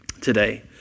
today